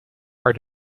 are